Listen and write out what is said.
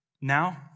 Now